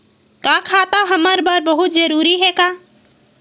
का खाता हमर बर बहुत जरूरी हे का?